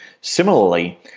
Similarly